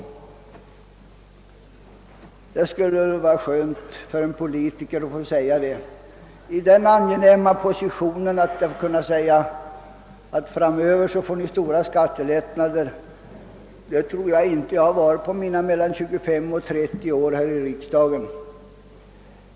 För en politiker skulle det vara skönt att befinna sig i den angenäma situationen att han kunde säga: Framöver får ni stora skattelättnader. Jag tror dock inte att någon politiker varit i en sådan situation under de 25—30 år jag varit i riksdagen.